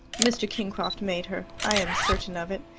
mr. kingcroft made her. i am certain of it.